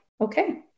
okay